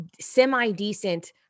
semi-decent